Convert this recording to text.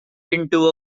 into